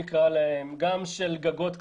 גם של גגות קטנים.